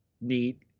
neat